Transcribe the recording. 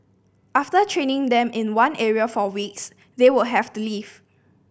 after training them in one area for weeks they will have to leave